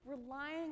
relying